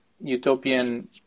utopian